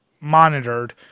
monitored